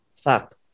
Fuck